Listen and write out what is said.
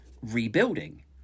rebuilding